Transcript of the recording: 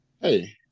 Hey